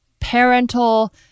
parental